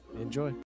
enjoy